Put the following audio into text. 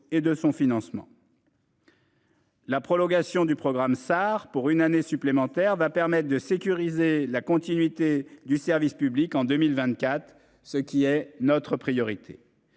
et de son financement. La prolongation du programme Sar pour une année supplémentaire va permet de sécuriser la continuité du service public en 2024, ce qui est notre priorité.